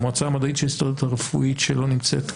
המועצה המדעית של ההסתדרות הרפואית שלא נמצאת כאן,